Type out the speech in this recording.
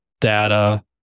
data